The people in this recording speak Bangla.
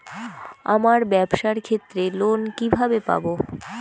আমার ব্যবসার ক্ষেত্রে লোন কিভাবে পাব?